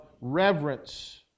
reverence